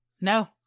No